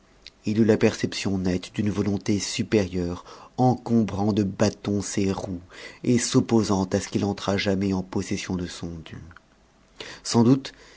il eut la perception nette d'une volonté supérieure encombrant de bâtons ses roues et s'opposant à ce qu'il entrât jamais en possession de son dû sans doute